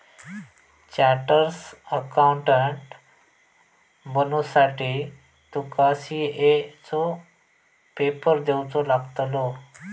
chartered accountant बनुसाठी तुका CA चो पेपर देवचो लागतलो